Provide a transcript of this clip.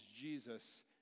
Jesus